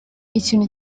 ikintu